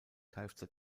kfz